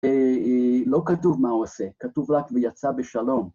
לא כתוב מה הוא עושה, כתוב רק ויצא בשלום.